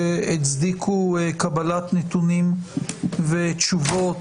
שהצדיקו קבלת נתונים ותשובות,